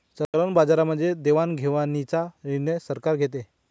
चलन बाजारामध्ये देवाणघेवाणीचा निर्णय सरकार घेते